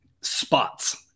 spots